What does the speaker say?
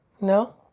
No